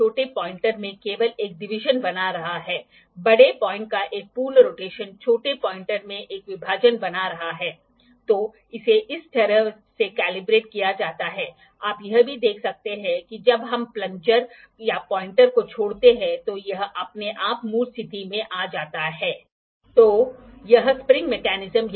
उदाहरण के लिए आपके पास एक बहुत बड़ी सतह की प्लेट है और यदि आप मापना चाहते हैं कि सतह प्लेट का विचलन क्या है तो आम तौर पर हम जो करते हैं वह या तो हम कई बिंदुओं पर डैैलेट करनेे की कोशिश करते हैं एक मैट्रिक्स बनाते हैं और भिन्नता पता लगाने की कोशिश करते हैं या हम क्या करते हैं हम स्पिरिट लेवल का उपयोग करते हैं इसे कई स्थानों पर रखते हैं और देखते हैं कि केंद्र से दोनों तरफ एंगल का इंक्लिनेशन क्या है